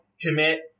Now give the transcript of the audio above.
commit